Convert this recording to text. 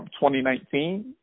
2019